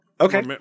Okay